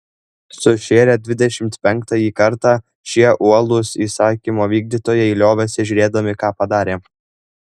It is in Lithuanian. sušėrę dvidešimt penktąjį kartą šie uolūs įsakymo vykdytojai liovėsi žiūrėdami ką padarę